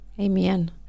amen